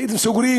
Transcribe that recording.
הייתם סוגרים